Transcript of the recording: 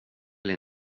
vill